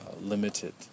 limited